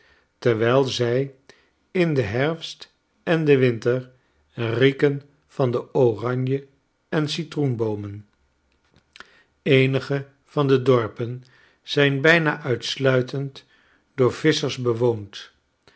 terwijl zij in den herfst en den winter rieken van de oranje en citroenboomen eenige van de dorpen zijn bijna uitsluitend door visschers bewoond